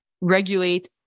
regulate